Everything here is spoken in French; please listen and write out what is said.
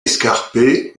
escarpée